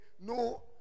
No